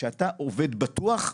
שאתה עובד בטוח,